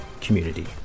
community